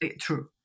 true